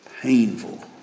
painful